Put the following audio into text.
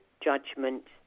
judgment